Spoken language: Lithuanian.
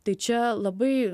tai čia labai